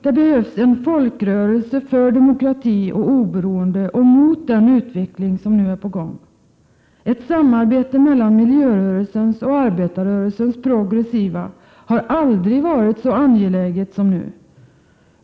Det behövs en folkrörelse för demokrati och oberoende och mot den utveckling som är på gång. Ett samarbete mellan de progressiva inom miljörörelsen och arbetarrörelsen har aldrig varit så angeläget som nu.